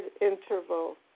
interval